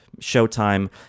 Showtime